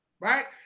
right